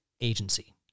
agency